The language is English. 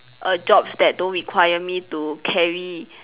err jobs that don't require me to carry